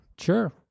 Sure